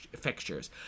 fixtures